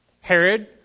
Herod